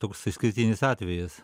toks išskirtinis atvejis